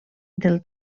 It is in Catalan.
del